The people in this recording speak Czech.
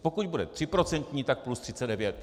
Pokud bude tříprocentní, tak plus 39.